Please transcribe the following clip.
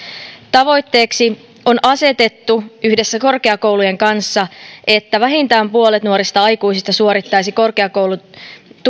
tavoitteeksi on asetettu yhdessä korkeakoulujen kanssa että vähintään puolet nuorista aikuisista suorittaisi korkeakoulututkinnon